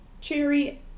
Cherry